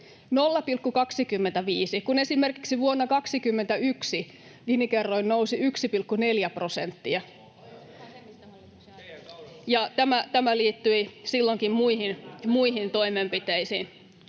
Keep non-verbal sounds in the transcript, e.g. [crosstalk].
0,25, kun esimerkiksi vuonna 21 Gini-kerroin nousi 1,4 prosenttia, [noise] ja tämä liittyi silloinkin muihin toimenpiteisiin.